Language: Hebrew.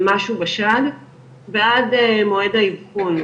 ועל סרטן אלים ועל מוות ואני אומרת לעמי "אני פה,